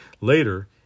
Later